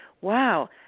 wow